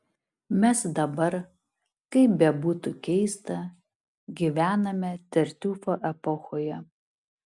mes dabar kaip bebūtų keista gyvename tartiufo epochoje